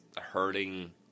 hurting